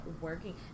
working